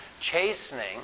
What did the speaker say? chastening